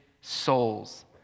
souls